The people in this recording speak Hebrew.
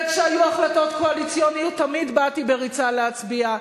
וכשהיו החלטות קואליציוניות תמיד באתי בריצה להצביע,